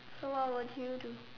so what would you do